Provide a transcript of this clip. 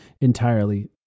entirely